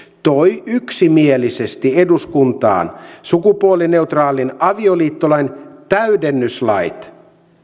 toi yksimielisesti eduskuntaan sukupuolineutraalin avioliittolain täydennyslait